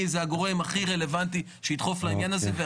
לפחות זו